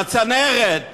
בצנרת.